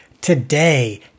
Today